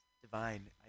divine